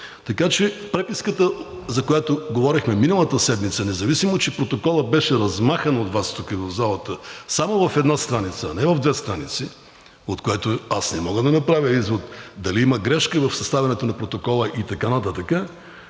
Преписката, за която говорехме миналата седмица, независимо че протоколът беше размахан от Вас тук в залата само в една страница, а не в две страници, от което не мога да направя извод дали има грешка в съставянето на протокола и така нататък.